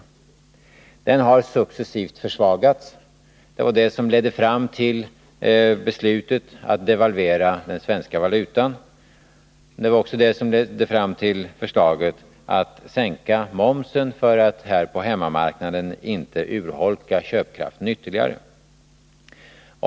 Konkurrenskraften har successivt försvagats, och det var det som ledde fram till beslutet att devalvera den svenska valutan. Det var också det som ledde fram till förslaget att sänka momsen för att här på hemmamarknaden inte urholka köpkraften ytterligare.